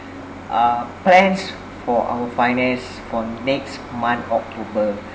uh plans for our finance for next month october